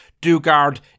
Dugard